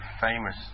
famous